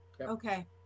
okay